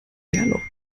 bärlauch